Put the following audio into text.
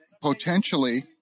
potentially